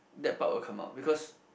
that part will come out because